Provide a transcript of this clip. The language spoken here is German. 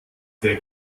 der